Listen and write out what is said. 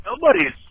nobody's